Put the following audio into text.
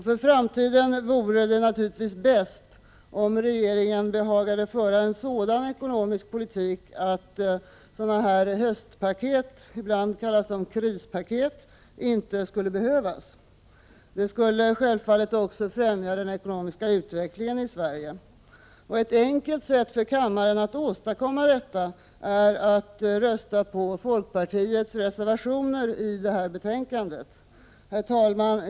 För framtiden vore det naturligtvis bäst om regeringen behagade föra en sådan ekonomisk politik att sådana här höstpaket, ibland kallas de krispaket, inte skulle behövas. Det skulle självfallet också främja den ekonomiska utvecklingen i Sverige. Ett enkelt sätt för kammaren att åstadkomma detta är att rösta på folkpartiets reservationer i betänkandet. Herr talman!